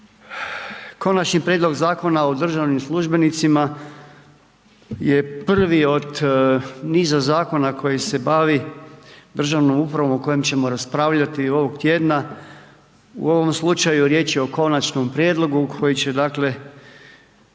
Konačni prijedlog Zakona o državnim službenicima, je prvi od niza zakona koji se bavi državnom upravo o kojoj ćemo raspravljati ovog tjedna. U ovom slučaju riječ je o konačnom prijedlogu, koji će dakle,